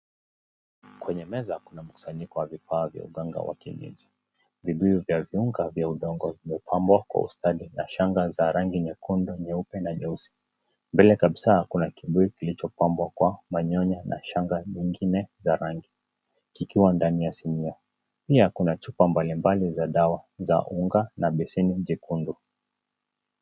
Kwenye meza kuna mkusanyiko wa vifaa vya uganga wa kienyeji, vibuyu vya unga vya udongo vimepambwa kwa ustadi na shanga za rangi nyekundu, nyeupe na nyeusi. Mbele kabisaa kuna kibuyu kilicho pambwa kwa manyoya na shanga zingine za rangi kikiwa ndani ya sinia, pia kuna chupa mbalimbali za dawa za unga na beseni jekundu.